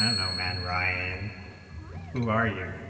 and um and ryan who are you